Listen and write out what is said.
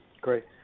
Great